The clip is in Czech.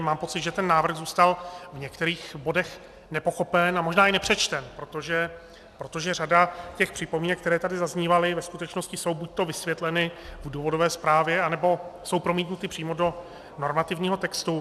Mám pocit, že ten návrh zůstal v některých bodech nepochopen a možná i nepřečten, protože řada připomínek, které tady zaznívaly, ve skutečnosti jsou buďto vysvětleny v důvodové zprávě, anebo jsou promítnuty přímo do normativního textu.